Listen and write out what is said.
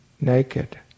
naked